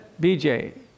BJ